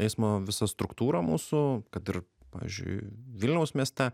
eismo visa struktūra mūsų kad ir pavyzdžiui vilniaus mieste